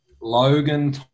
Logan